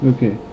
Okay